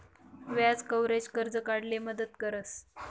व्याज कव्हरेज, कर्ज काढाले मदत करस